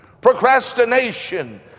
Procrastination